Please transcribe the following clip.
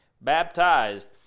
baptized